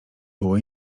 było